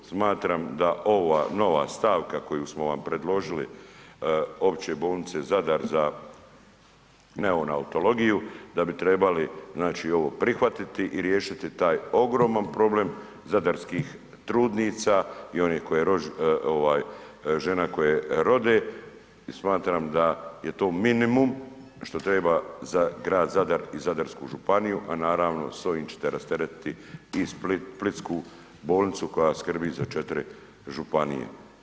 Smatram da ova nova stavka koju smo vam predložili Opće bolnice Zadar za neonatalogiju da bi trebali ovo prihvatiti i riješiti taj ogroman problem zadarskih trudnica i one koje, žena koje rode i smatram da je to minimum što treba za grad Zadar i Zadarsku županiju, a naravno, s ovim ćete rasteretiti i Split, splitsku bolnicu koja skrbi za 4 županije.